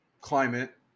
climate